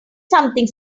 something